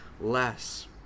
less